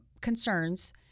concerns